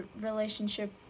relationship